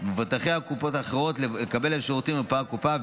למבוטחי הקופות האחרות לקבל את השירותים במרפאת הקופה,